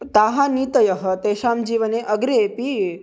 ताः नीतयः तेषां जीवने अग्रेपि